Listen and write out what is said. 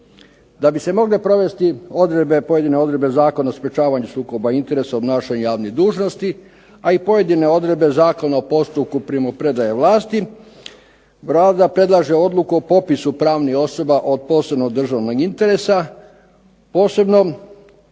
Da bi se mogle provesti odredbe, pojedine odredbe Zakona o sprječavanju sukoba interesa u obnašanju javnih dužnosti, a i pojedine odredbe Zakona o postupku primopredaje vlasti Vlada predlaže odluku o popisu pravnih osoba od posebnog državnog interesa, u